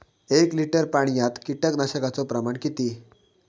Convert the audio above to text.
एक लिटर पाणयात कीटकनाशकाचो प्रमाण किती?